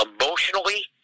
emotionally